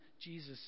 Jesus